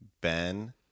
Ben